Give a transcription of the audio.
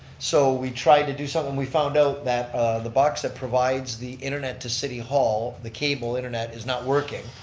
so we tried to do something, we found out that the box that provides the internet to city hall, the cable internet is not working,